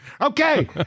Okay